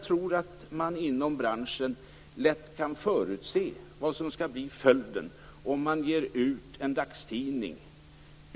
Man kan nog inom branschen lätt förutse vad som blir följden om man av politiska motiv ger ut en dagstidning.